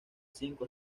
cinco